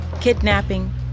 kidnapping